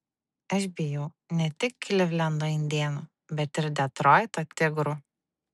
aš bijau ne tik klivlendo indėnų bet ir detroito tigrų